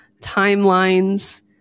timelines